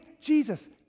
Jesus